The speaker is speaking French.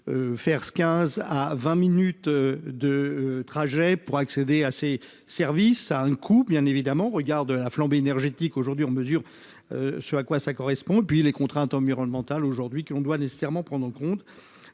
faire ce 15 à 20 minutes de trajet pour accéder à ces services à un coût bien évidemment au regard de la flambée énergétique aujourd'hui, on mesure ce à quoi ça correspond, puis les contraintes environnementales aujourd'hui qu'on doit nécessairement prendre en compte